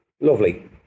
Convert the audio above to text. Lovely